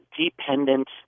dependent